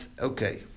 okay